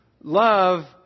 Love